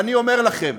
ואני אומר לכם,